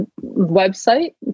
website